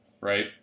right